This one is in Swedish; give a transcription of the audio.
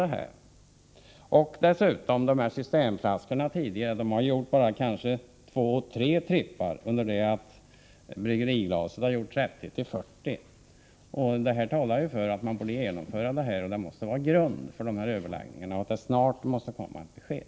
Det gör också det faktum att systemflaskorna tidigare har använts 2-3 gånger, under det att bryggeriglaset har använts 30-40 gånger. Genomförandet av detta system bör vara en grund för överläggningarna, och det måste snart komma ett besked.